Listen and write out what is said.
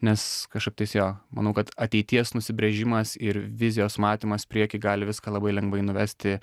nes kažkaip tais jo manau kad ateities nusibrėžimas ir vizijos matymas prieky gali viską labai lengvai nuvesti